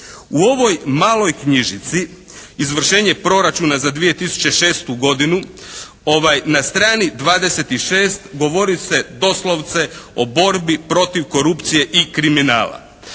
U ovoj maloj knjižici izvršenje proračuna za 2006. godinu na strani 26. govori se doslovce o borbi protiv korupcije i kriminala.